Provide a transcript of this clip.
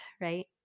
right